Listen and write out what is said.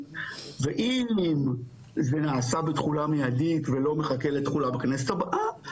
ואם זה נעשה בתחולה מיידית ולא מחכה לתחולה בכנסת הבאה,